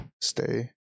stay